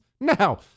now